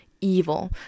evil